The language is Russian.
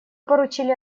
поручили